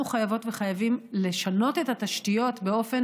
אנחנו חייבות וחייבים לשנות את התשתיות באופן